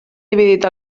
dividits